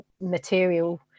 material